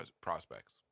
prospects